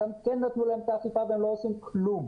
שם כן נתנו להם את האכיפה, והם לא עושים כלום.